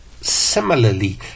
similarly